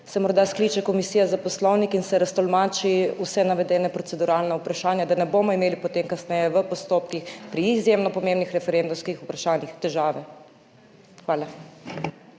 se morda skliče Komisija za poslovnik in se raztolmači vsa navedena proceduralna vprašanja, da ne bomo imeli potem kasneje v postopkih pri izjemno pomembnih referendumskih vprašanjih težav. Hvala.